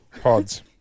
Pods